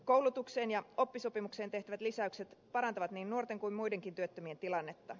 koulutukseen ja oppisopimukseen tehtävät lisäykset parantavat niin nuorten kuin muidenkin työttömien tilannetta